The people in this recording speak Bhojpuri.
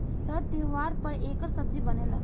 तर त्योव्हार पर एकर सब्जी बनेला